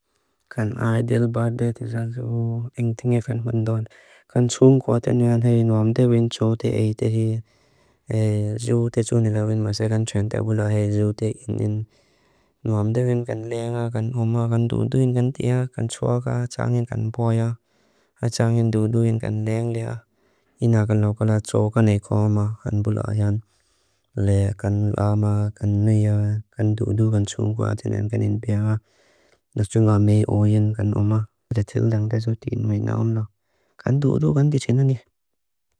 Kan ae dil baad de tisaa zuu ing tinge kan hundoon. Kan tsuung kwaa tinaan hei nuamdeveni tsuu te ei te hei. Zuu te tsuu ni lauwin maase kan tsuyang tabulaa hei zuu te innin. Nuamdeveni kan lea, kan omaa, kan duduin kan tiaa, kan tsuaa kaa, tsaangin kan puaa yaa. Haa tsaangin duduin kan leang liaa. Inaa kan lokalaa tsuu kan eekoo maa kan bulaa yaan. Lea kan raa maa, kan nuia, kan dudu, kan tsuung kwaa tinaan kan inpeaa. Tsaangin kan lea, kan omaa, kan tsuung kwaa, tsaangin kan tiaa, kan tsuaa kaa, tsaangin kan inpeaa. Tsaangin kan raa maa, kan dudu, kan tsuung kwaa, tsaangin kan inpeaa.